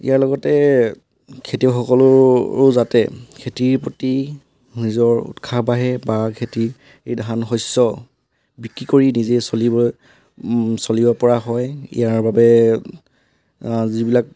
ইয়াৰ লগতে খেতিয়কসকলৰো যাতে খেতিৰ প্ৰতি নিজৰ উৎসাহ বাঢ়ে বা খেতি ধান শষ্য বিক্ৰী কৰি নিজেই চলিব চলিব পৰা হয় ইয়াৰ বাবে যিবিলাক